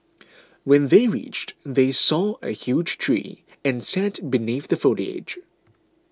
when they reached they saw a huge tree and sat beneath the foliage